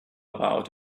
about